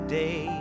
day